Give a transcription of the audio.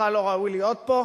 בכלל לא ראוי להיות פה.